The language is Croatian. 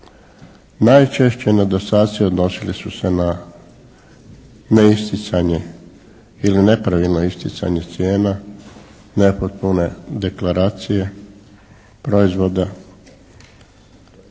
Najčešći nedostaci odnosili su se na neisticanje ili nepravilno isticanje cijena, nepotpune deklaracije proizvoda,